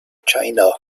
china